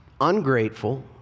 ungrateful